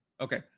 okay